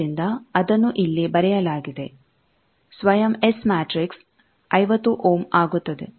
ಆದ್ದರಿಂದ ಅದನ್ನು ಇಲ್ಲಿ ಬರೆಯಲಾಗಿದೆ ಸ್ವಯಂ ಎಸ್ ಮ್ಯಾಟ್ರಿಕ್ಸ್ 50 ಓಮ್ ಆಗುತ್ತದೆ